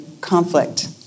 conflict